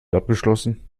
abgeschlossen